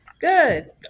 Good